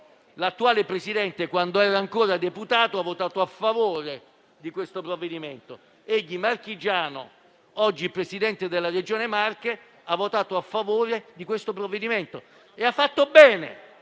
l'attuale Presidente, quando era ancora deputato, in prima lettura ha votato a favore di questo provvedimento; egli, marchigiano, oggi Presidente della Regione Marche, ha votato a favore del provvedimento in esame. Ha fatto bene